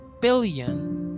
billion